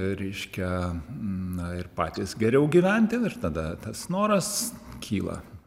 reiškia na ir patys geriau gyventi ir tada tas noras kyla